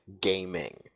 gaming